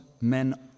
men